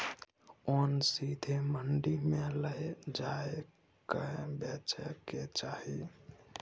ओन सीधे मंडी मे लए जाए कय बेचे के चाही